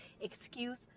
excuse